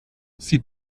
sie